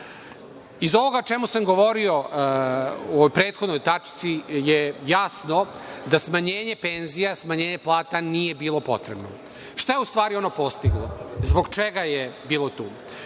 ovoga o čemu sam govorio u prethodnoj tački je jasno da smanjenje penzija, smanjenje plata nije bilo potrebno. Šta je, u stvari, ono postiglo? Zbog čega je bilo tu?